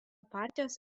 partijos